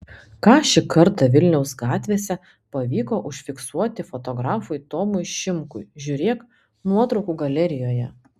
ką šį kartą vilniaus gatvėse pavyko užfiksuoti fotografui tomui šimkui žiūrėk nuotraukų galerijoje